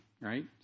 right